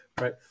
right